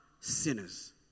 sinners